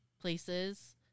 places